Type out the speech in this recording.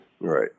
Right